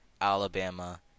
Alabama